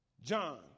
John